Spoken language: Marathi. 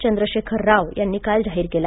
चंद्रशेखर राव यांनी काल जाहीर केला